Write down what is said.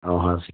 অঁ হয়